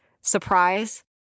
surprise